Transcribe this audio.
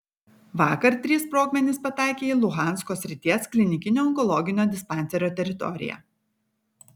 vakar trys sprogmenys pataikė į luhansko srities klinikinio onkologinio dispanserio teritoriją